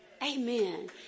Amen